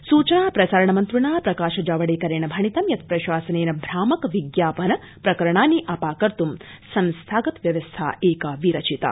जावडेकर सूचना प्रसारण मन्त्रिणा प्रकाश जावडक्रिणभणितं यत् प्रशासनप्त प्रामक विज्ञापन प्रकरणानि अपाकर्त् संस्थागत व्यवस्था एका विरचिता